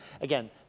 again